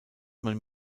man